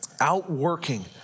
outworking